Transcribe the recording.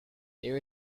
there